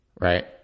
right